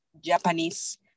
Japanese